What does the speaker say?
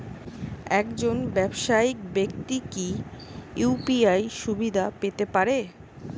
একজন ব্যাবসায়িক ব্যাক্তি কি ইউ.পি.আই সুবিধা পেতে পারে?